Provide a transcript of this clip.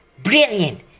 Brilliant